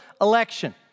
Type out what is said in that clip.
election